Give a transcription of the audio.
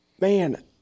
man